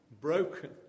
broken